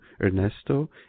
Ernesto